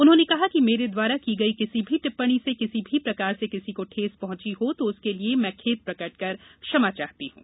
उन्होंने कहा कि मेरे द्वारा की गई किसी भी टिप्पणी से किसी भी प्रकार से किसी को ठेस पहुंची हो तो उसके लिए मैं खेद प्रकट कर क्षमा चाहती हूं